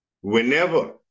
whenever